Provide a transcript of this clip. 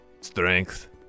strength